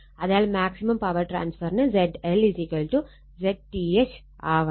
അതിനാൽ maximum power ട്രാൻസ്ഫറിന് ZL ZTH ആവണം